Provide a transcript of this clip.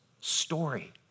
story